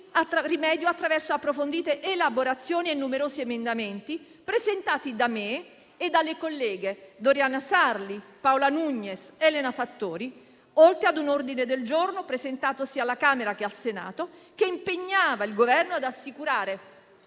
rimedio attraverso approfondite elaborazioni e numerosi emendamenti, presentati da me e dalle colleghe Doriana Sarli, Paola Nugnes ed Elena Fattori, oltre ad un ordine del giorno, presentato sia alla Camera che al Senato, che impegnava il Governo ad assicurare